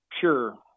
Sure